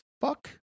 fuck